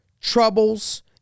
troubles